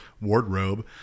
wardrobe